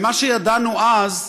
ומה שידענו אז,